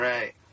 Right